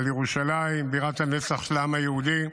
על ירושלים בירת הנצח של העם היהודי,